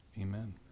Amen